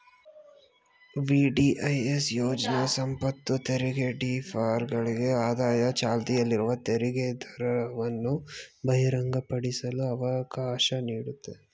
VDIS ಯೋಜ್ನ ಸಂಪತ್ತುತೆರಿಗೆ ಡಿಫಾಲ್ಟರ್ಗಳಿಗೆ ಆದಾಯ ಚಾಲ್ತಿಯಲ್ಲಿರುವ ತೆರಿಗೆದರವನ್ನು ಬಹಿರಂಗಪಡಿಸಲು ಅವಕಾಶ ನೀಡುತ್ತೆ